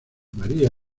maría